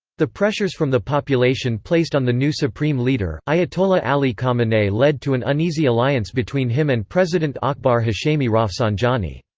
the pressures from the population placed on the new supreme leader, ayatollah ali khamenei led to an uneasy alliance between him and president akbar hashemi rafsanjani.